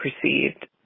perceived